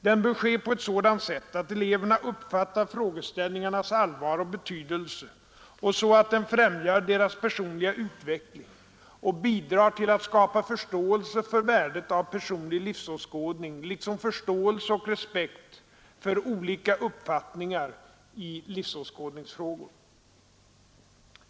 Den bör ske på ett sådant sätt, att eleverna uppfattar frågeställningarnas allvar och betydelse och så att den främjar deras personliga utveckling och bidrar till att skapa förståelse för värdet av en personlig livsåskådning liksom förståelse och respekt för olika uppfattningar i livsåskådningsfrågor.